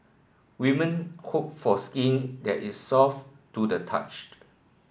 women hope for skin that is soft to the touch